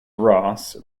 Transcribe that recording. ross